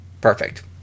Perfect